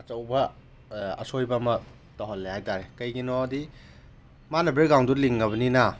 ꯑꯆꯧꯕ ꯑꯁꯣꯏꯕ ꯑꯃ ꯇꯧꯍꯜꯂꯦ ꯍꯥꯏ ꯇꯥꯔꯦ ꯀꯩꯒꯤꯅꯣꯗꯤ ꯃꯥꯅ ꯕꯦꯛꯒ꯭ꯔꯥꯎꯟꯗꯣ ꯂꯤꯡꯉꯕꯅꯤꯅ